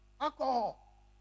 alcohol